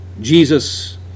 Jesus